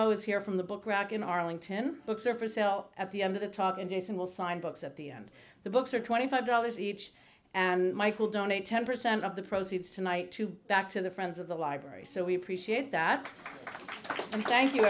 is here from the book rack in arlington books are for sale at the end of the talk and jason will sign books at the end the books are twenty five dollars each and michael donate ten percent of the proceeds tonight to back to the friends of the library so we appreciate that thank you